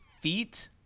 feet